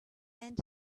and